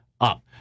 up